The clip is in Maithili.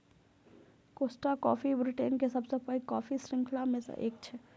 कोस्टा कॉफी ब्रिटेन के सबसं पैघ कॉफी शृंखला मे सं एक छियै